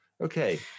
Okay